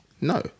No